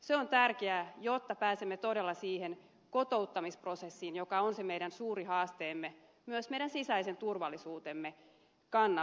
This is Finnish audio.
se on tärkeää jotta pääsemme todella siihen kotouttamisprosessiin joka on se meidän suuri haasteemme myös meidän sisäisen turvallisuutemme kannalta